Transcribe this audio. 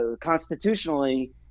constitutionally